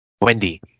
Wendy